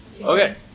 Okay